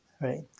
Right